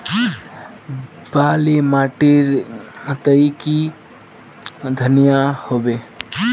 बाली माटी तई की धनिया होबे?